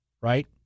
Right